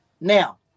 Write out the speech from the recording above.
now